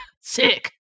Sick